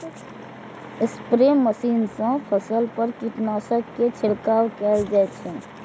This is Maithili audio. स्प्रे मशीन सं फसल पर कीटनाशक के छिड़काव कैल जाइ छै